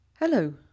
Hello